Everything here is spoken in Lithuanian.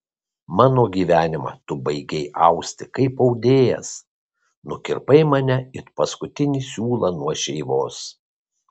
mano gyvenimą tu baigei austi kaip audėjas nukirpai mane it paskutinį siūlą nuo šeivos